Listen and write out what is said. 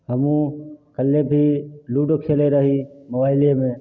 हमहुँ काल्हिये भी लुडो खेले रही मोबाइलेमे